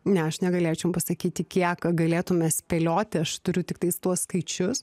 ne aš negalėčiau pasakyti kiek galėtume spėlioti aš turiu tiktais tuos skaičius